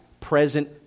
present